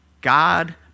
God